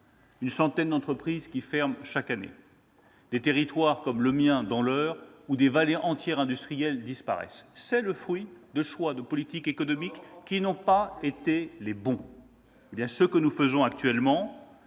une centaine d'entreprises qui ferment chaque année, des territoires comme le mien, l'Eure, où des vallées industrielles entières disparaissent : c'est le fruit de choix de politique économique qui n'ont pas été les bons. Tout ce que nous faisons actuellement-